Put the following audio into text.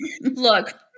Look